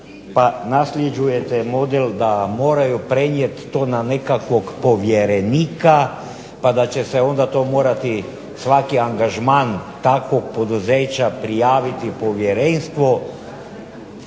pa nasljeđujete model da moraju prenijeti to na nekakvog povjerenika pa da će se to morati svaki angažman takvog poduzeća prijaviti povjerenstvo.